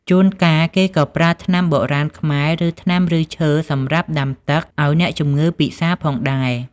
ជួនកាល គេក៏ប្រើប្រាស់ថ្នាំបុរាណខ្មែរ ឬ ថ្នាំឫសឈើសម្រាប់ដាំទឹកឱ្យអ្នកជម្ងឺពិសាផងដែរ។